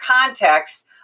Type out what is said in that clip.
context